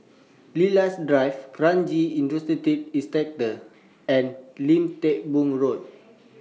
Lilac Drive Kranji Industrial Estate and Lim Teck Boo Road